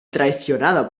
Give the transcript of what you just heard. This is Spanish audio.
traicionada